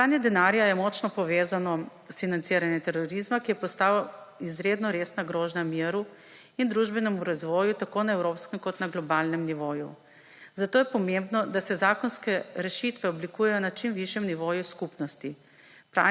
Pranje denarja je močno povezano s financiranjem terorizma, ki je postal izredno resna grožnja miru in družbenemu razvoju tako na evropskem kot na globalnem nivoju, zato je pomembno, da se zakonske rešitve oblikujejo na čim višjem nivoju skupnosti.